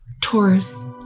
Taurus